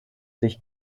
sich